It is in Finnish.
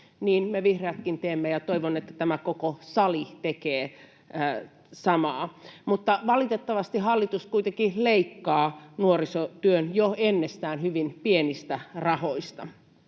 Niin me vihreätkin teemme, ja toivon, että tämä koko sali tekee samaa, mutta valitettavasti hallitus kuitenkin leikkaa nuorisotyön jo ennestään hyvin pienistä rahoista.